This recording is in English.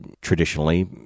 traditionally